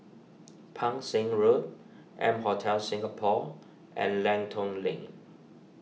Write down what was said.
Pang Seng Road M Hotel Singapore and Lenton Lane